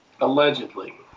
Allegedly